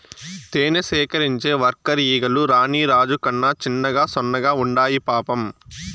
తేనె సేకరించే వర్కర్ ఈగలు రాణి రాజు కన్నా చిన్నగా సన్నగా ఉండాయి పాపం